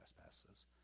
trespasses